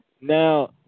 Now